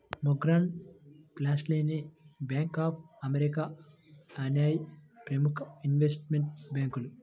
Morgan Stanley, bank of America అనేయ్యి ప్రముఖ investment బ్యేంకులు